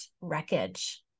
wreckage